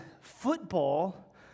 football